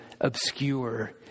obscure